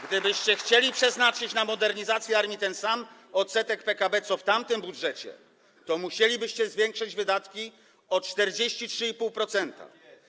Gdybyście chcieli przeznaczyć na modernizację armii ten sam odsetek PKB co w tamtym budżecie, to musielibyście zwiększyć wydatki o 43,5%.